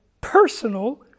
personal